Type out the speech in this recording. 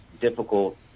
difficult